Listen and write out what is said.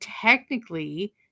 technically